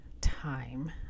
time